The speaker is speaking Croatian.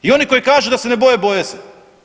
I oni koji kažu da se ne boje, boje se.